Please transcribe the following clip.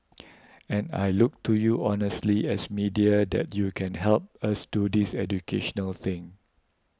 and I look to you honestly as media that you can help us do this educational thing